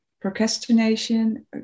procrastination